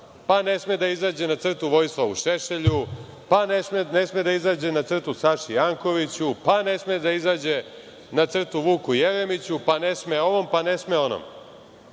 pa ne sme da izađe na crtu Vojislavu Šešelju, pa ne sme da izađe na crtu Saši Jankoviću, pa ne sme da izađe na crtu Vuku Jeremiću, pa ne sme ovom, pa ne sme onom.